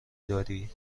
داری